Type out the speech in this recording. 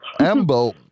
ambo